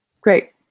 Great